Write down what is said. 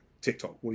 TikTok